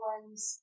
One's